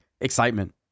excitement